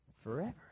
forever